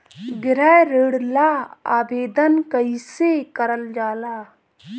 गृह ऋण ला आवेदन कईसे करल जाला?